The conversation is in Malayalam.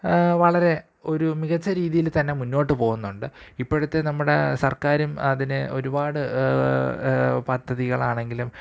വളരെ ഒരു മികച്ച രീതിയില് തന്നെ മുന്നോട്ട് പോകുന്നുണ്ട് ഇപ്പോഴത്തെ നമ്മുടെ സര്ക്കാരും അതിന് ഒരുപാട് പദ്ധതികള് ആണെങ്കിലും